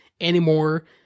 anymore